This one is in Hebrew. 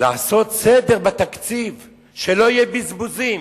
לעשות סדר בתקציב, שלא יהיו בזבוזים,